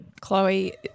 Chloe